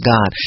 God